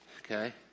Okay